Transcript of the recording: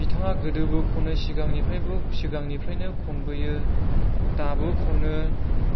बिथाङा गोदोबो खनो सिगांनिफ्रायबो सिगांनिफ्रायनो खनबोयो दाबो खनो